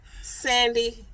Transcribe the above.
Sandy